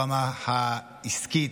ברמה העסקית,